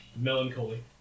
melancholy